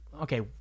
okay